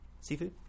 Seafood